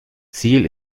ziel